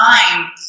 time